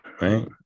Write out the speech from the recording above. right